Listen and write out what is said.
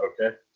Okay